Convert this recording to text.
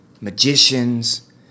magicians